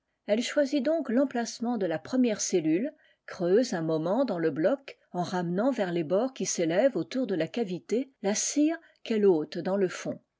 elle choisit donc remplacement de la première cellule creuse un moment dans le bloc en ramenant vers les bords qui s'élèvent autour de la cavité la cire qu'elle ôte dans le fond